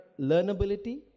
learnability